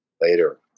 later